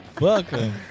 welcome